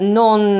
non